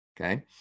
okay